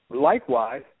Likewise